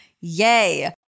Yay